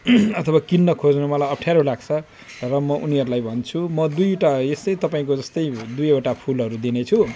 अथवा किन्न खोज्नु मलाई अफ्ठ्यारो लाग्छ र म उनीहरूलाई भन्छु म दुईवटा यस्तै तपाईँको जस्तै दुईवटा फुलहरू दिनेछु